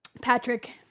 Patrick